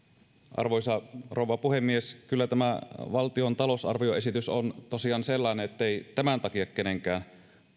arvoisa rouva puhemies kyllä tämä valtion talousarvioesitys on tosiaan sellainen ettei tämän takia kenenkään